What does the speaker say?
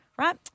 Right